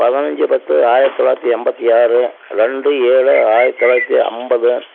பதினஞ்சு பத்து ஆயிரத்தி தொள்ளாயிரத்தி எண்பத்தி ஆறு ரெண்டு ஏழு ஆயிரத்தி தொள்ளாயிரத்தி ஐம்பது